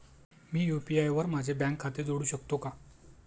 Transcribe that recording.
मी UPI वर माझे bank खाते जोडू शकतो का?